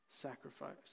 sacrifice